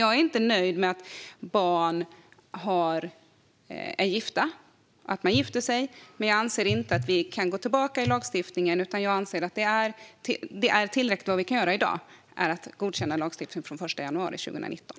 Jag är inte nöjd med att barn är gifta eller gifter sig, men jag anser inte att vi kan gå tillbaka i lagstiftningen. Jag anser i stället att det vi kan göra i dag är tillräckligt, det vill säga godkänna lagstiftningen från den 1 januari 2019.